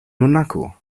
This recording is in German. monaco